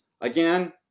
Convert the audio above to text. again